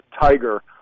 Tiger